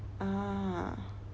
ah